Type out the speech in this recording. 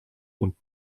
und